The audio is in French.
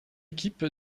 équipe